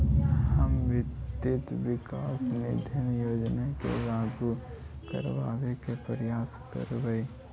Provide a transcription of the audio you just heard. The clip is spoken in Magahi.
हम वित्त विकास निधि योजना के लागू करबाबे के प्रयास करबई